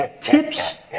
tips